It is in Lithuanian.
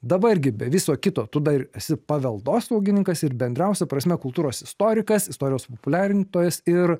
dabar gi be viso kito tu dar esi paveldosaugininkas ir bendriausia prasme kultūros istorikas istorijos populiarintojas ir